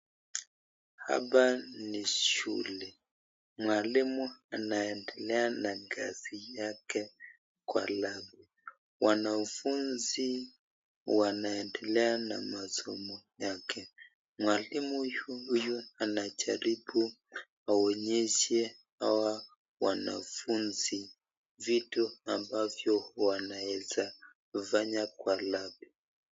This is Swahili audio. Hapa ni shule, mwalimu anaendelea na kazi yake ,kwa lab . Wanafunzi wanaendelea na masomo yake. Mwalimu huyu anajaribu aonyeshe hawa wanafunzi vitu ambavyo wanaweza fanya kwa lab .